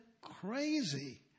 crazy